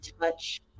touch